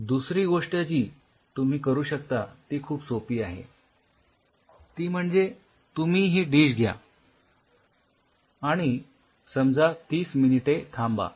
दुसरी गोष्ट जी तुम्ही करू शकता ती खूप सोपी आहे ती म्हणजे तुम्ही ही डिश घ्या आणि समजा तीस मिनिटे थांबा